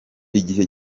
igihe